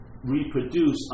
reproduce